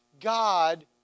God